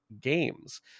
Games